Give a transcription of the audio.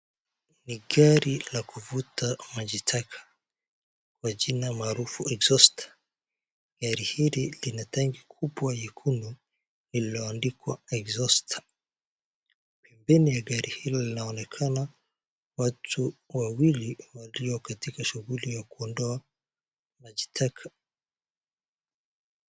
Ni gari la kuvuta maji taka kwa jina maarufu Exhauster . Gari hili lina tanki kubwa nyekundu lililoandikwa Exhauster . Mbele ya gari hilo linaonekana watu wawili walio katika shughuli ya kuondoa maji taka.